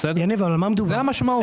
זאת המשמעות.